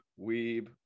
weeb